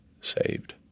saved